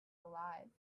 alive